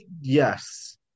yes